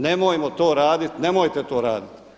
Nemojmo to raditi, nemojte to raditi.